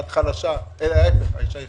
להפך האשה חזקה,